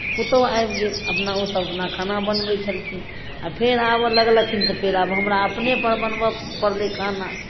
पुतहु आबि गेल अपना ओसभ अपना खाना बनबै छलखिन आब फेर आब ओ अलग रहय लगलखिन तऽ फेर आब हमरा अपनेपर बनबय पड़लै खाना